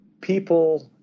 people